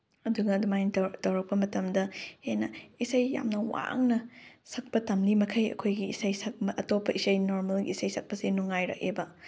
ꯑꯗꯨꯒ ꯑꯗꯨꯃꯥꯏꯅ ꯇꯧꯔꯛꯄ ꯃꯇꯝꯗ ꯍꯦꯟꯅ ꯏꯁꯩ ꯌꯥꯝꯅ ꯋꯥꯡꯅ ꯁꯛꯄ ꯇꯝꯂꯤ ꯃꯈꯩ ꯑꯩꯈꯣꯏꯒꯤ ꯏꯁꯩ ꯑꯇꯣꯞꯄ ꯏꯁꯩ ꯅꯣꯔꯃꯦꯜ ꯏꯁꯩ ꯁꯛꯄꯁꯦ ꯅꯨꯡꯉꯥꯏꯔꯛꯑꯦꯕ